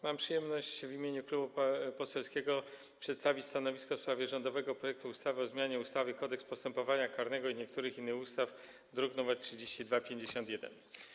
Mam przyjemność w imieniu klubu poselskiego przedstawić stanowisko w sprawie rządowego projektu ustawy o zmianie ustawy Kodeks postępowania karnego oraz niektórych innych ustaw, druk nr 3251.